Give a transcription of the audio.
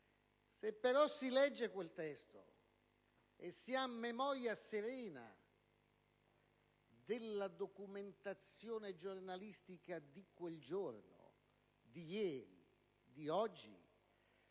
Se si legge quel testo, e si ha memoria serena della documentazione giornalistica di quel giorno, di ieri, di oggi,